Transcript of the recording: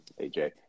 AJ